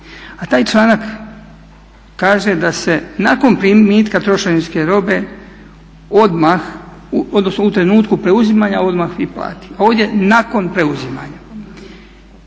A taj članak kaže da se nakon primitka trošarinske robe odmah, odnosno u trenutku preuzimanja odmah i plati. Ovdje nakon preuzimanja.